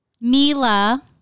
Mila